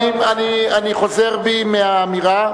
אני חוזר בי מהאמירה.